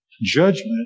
Judgment